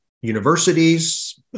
universities